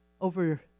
over